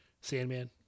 Sandman